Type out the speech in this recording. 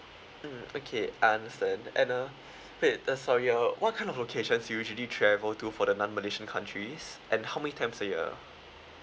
mm okay I understand and uh wait sorry uh what kind of locations you usually travel to for the non-malaysian countries and how many times a year